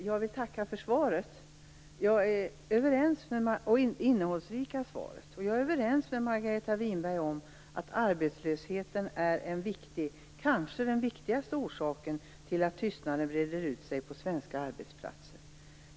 Fru talman! Jag vill tacka för det innehållsrika svaret. Jag är överens med Margareta Winberg att arbetslösheten kanske är den viktigaste orsaken till att tystnaden breder ut sig på svenska arbetsplatser.